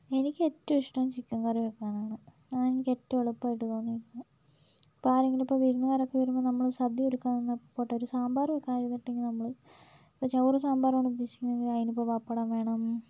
എനിക്ക് ഏറ്റവും ഇഷ്ടം ചിക്കൻ കറി വയ്ക്കാനാണ് അതാണ് എനിക്ക് ഏറ്റവും എളുപ്പമായിട്ട് തോന്നിയിരുന്നത് ഇപ്പം ആരെങ്കിലും ഇപ്പം വിരുന്നുകാരൊക്കെ വരുമ്പം നമ്മൾ സദ്യ ഒരുക്കാൻ നിന്നാൽ പോട്ടെ ഒരു സാമ്പാർ വയ്ക്കാൻ ഇരുന്നിട്ടുണ്ടെങ്കിൽ നമ്മൾ ഇപ്പം ചോറും സാമ്പാറും ആണ് ഉദ്ദേശിക്കുന്നതെങ്കിൽ അതിനിപ്പം പപ്പടം വേണം